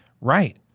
right